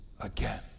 again